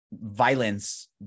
violence